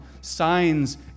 signs